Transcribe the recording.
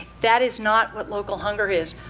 that is not what local hunger is.